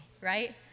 right